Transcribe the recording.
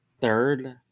third